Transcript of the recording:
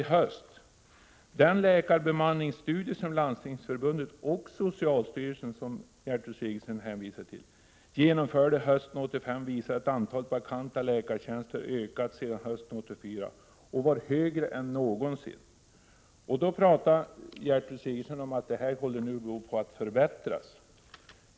I höstas sade man att den läkarbemanningsstudie från Landstingsförbundet och socialstyrelsen, som Gertrud Sigurdsen hänvisar till, hösten 1985 visade att antalet vakanta läkartjänster ökat sedan hösten 1984 och var högre än någonsin. Då pratar Gertrud Sigurdsen om att läget håller på att förbättras.